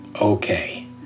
Okay